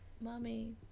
Mommy